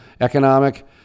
economic